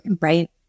Right